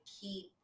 keep